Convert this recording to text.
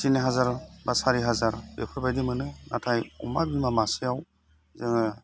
थिन हाजार बा सारि हाजार बेफोरबायदि मोनो नाथाय अमा बिमा मासेयाव जोङो